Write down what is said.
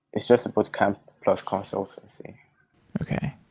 it's just a boot camp plus consultancy okay.